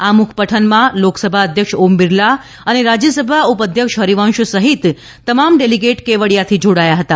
આમુખ પઠનમાં લોકસભા અધ્યક્ષ ઓમ બિરલા અને રાજ્ય સભા ઉપઅધ્યક્ષ હરિવંશ સહિત તમામ ડેલીગેટ કેવડીયાથી જોડાયા હતા